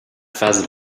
face